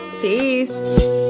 Peace